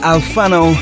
Alfano